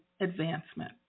advancement